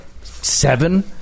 seven